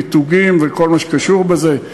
מיתוגים וכל מה שקשור לזה.